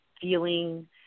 feeling